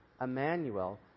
Emmanuel